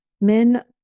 men